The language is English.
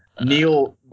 neil